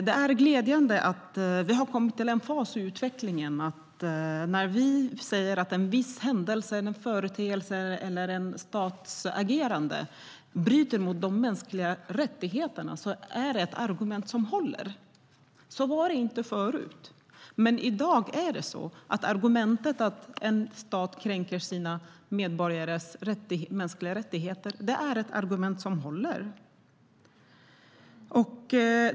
Det är glädjande att vi har kommit till en fas i utvecklingen där det är ett argument som håller när vi säger att en viss händelse, en företeelse eller en stats agerande bryter mot de mänskliga rättigheterna. Så var det inte förr, men i dag är det så. Argumentet att en stat kränker sina medborgares mänskliga rättigheter är ett argument som håller.